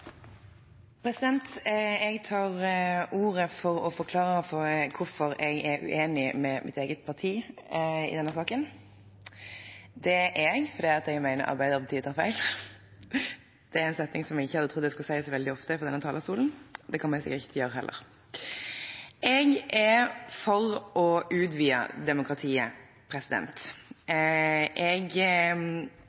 Jeg tar ordet for å forklare hvorfor jeg er uenig med mitt eget parti i denne saken. Det er jeg fordi jeg mener Arbeiderpartiet tar feil. Det er en setning som jeg ikke hadde trodd jeg skulle si så veldig ofte fra denne talerstolen, og det kommer jeg sikkert ikke til å gjøre heller. Jeg er for å utvide demokratiet.